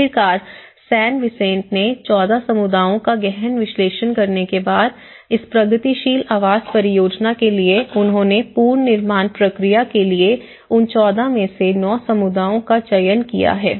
आखिरकार San Vicente ने 14 समुदायों का गहन विश्लेषण करने के बाद इस प्रगतिशील आवास परियोजना के लिए उन्होंने पुनर्निर्माण प्रक्रिया के लिए उन 14 में से 9 समुदायों का चयन किया है